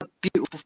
beautiful